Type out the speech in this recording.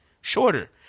shorter